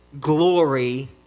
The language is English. glory